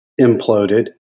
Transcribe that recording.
imploded